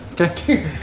Okay